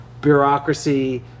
bureaucracy